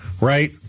Right